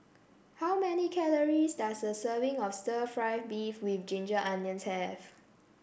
how many calories does a serving of stir fry beef with Ginger Onions have